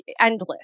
endless